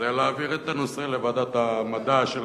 זה להעביר את הנושא לוועדת המדע,